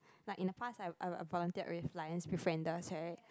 like in the past I I volunteered with Lion-Befrienders [right]